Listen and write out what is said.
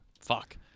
fuck